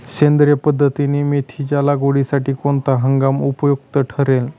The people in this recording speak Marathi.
सेंद्रिय पद्धतीने मेथीच्या लागवडीसाठी कोणता हंगाम उपयुक्त ठरेल?